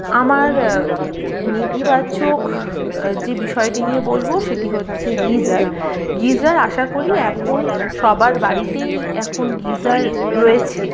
আমার নেতিবাচক যে বিষয়টি নিয়ে বলবো সেটি হচ্ছে গিজার গিজার আশা করি এখন সবার বাড়িতেই এখন গিজার রয়েছে